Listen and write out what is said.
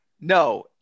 No